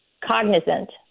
cognizant